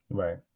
right